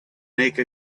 make